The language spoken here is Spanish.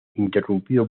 interrumpido